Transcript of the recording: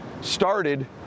started